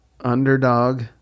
Underdog